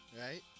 Right